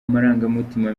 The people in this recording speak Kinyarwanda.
amarangamutima